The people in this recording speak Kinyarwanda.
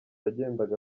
yagendaga